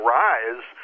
rise